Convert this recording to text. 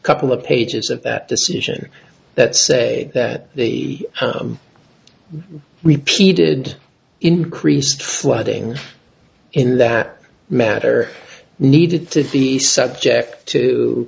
couple of pages of that decision that say that the repeated increased flooding in that matter needed to be subject to